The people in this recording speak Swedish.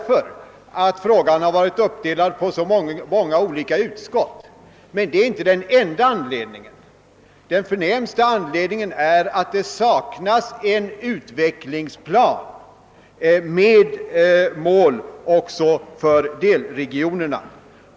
frågan om regionalpolitiken varit uppdelad på så många olika utlåtanden, men den främsta orsaken får nog sökas däri att det saknas en utvecklingsplan med mål också för delregionerna.